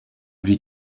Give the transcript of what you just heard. wie